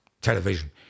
television